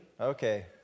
Okay